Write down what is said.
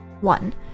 One